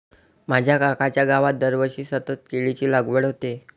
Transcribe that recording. माझ्या काकांच्या गावात दरवर्षी सतत केळीची लागवड होते